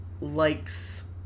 likes